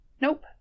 Nope